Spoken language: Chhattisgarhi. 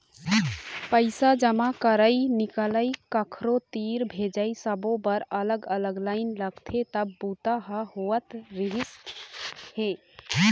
पइसा जमा करई, निकलई, कखरो तीर भेजई सब्बो बर अलग अलग लाईन लगथे तब बूता ह होवत रहिस हे